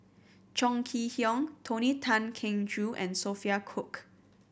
Chong Kee Hiong Tony Tan Keng Joo and Sophia Cooke